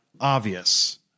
obvious